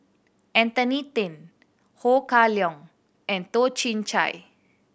Anthony Then Ho Kah Leong and Toh Chin Chye